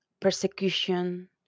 persecution